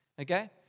Okay